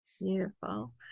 beautiful